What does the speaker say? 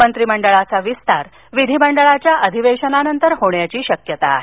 मंत्रीमंडळ विस्तार विधीमंडळाच्या अधिवेशनानंतर होण्याची शक्यता आहे